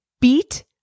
beat